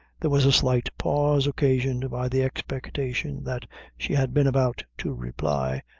there was a slight pause occasioned by the expectation that she had been about to reply,